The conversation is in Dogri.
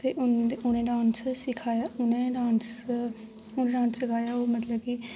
ते उं'दे उ'नें डान्स सिखाया उ'नें डान्स उ'नें डांस सिखाया ओह् मतलब कि